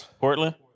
Portland